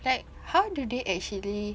like how do they actually